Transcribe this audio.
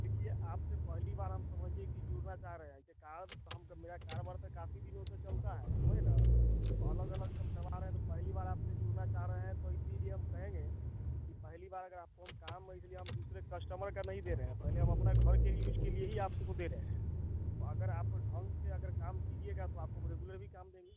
देखिए आपसे पहली बार हम समझिए कि जुड़ना चाह रहे हैं वैसे काम तो मेरा कारोबार तो काफी दिनों से चलता है समझे ना अलग अलग से हम करवा रहें तो पहली बार आपसे जुड़ना चाह रहे हैं तो इसीलिए हम कहेंगे कि पहली बार अगर आपको हम काम के लिए हम दूसरे कस्टमर का नहीं दे रहे हैं पहले हम अपना घर के ही यूज के लिए ही आपसे दे रहे हैं तो अगर आप ढोंग से अगर काम कीजिएगा तो आपको हम रेगुलर भी काम देंगे